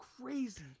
crazy